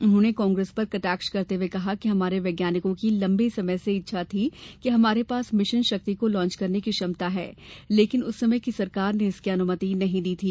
उन्होंने कांग्रेस पर कटाक्ष करते हए कहा कि हमारे वैज्ञानिकों की लम्बे समय से इच्छा थी कि हमारे पास मिशन शक्ति को लॉन्च करने की क्षमता है लेकिन उस समय की सरकार ने इसकी अनुमति नहीं दी थी